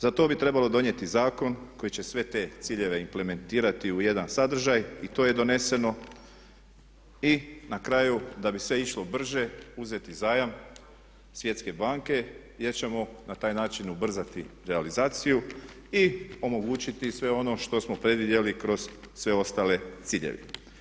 Za to bi trebalo donijeti zakon koji će sve te ciljeve implementirati u jedan sadržaj i to je doneseno i na kraju da bi sve išlo brže uzeti zajam Svjetske banke jer ćemo na taj način ubrzati realizaciju i omogućiti sve ono što smo predvidjeli kroz sve ostale ciljeve.